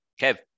Kev